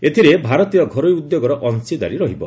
ଏଥିରେ ଭାରତୀୟ ଘରୋଇ ଉଦ୍ୟୋଗର ଅଂଶୀଦାରୀ ରହିବ